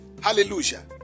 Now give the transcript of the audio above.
Hallelujah